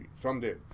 Sunday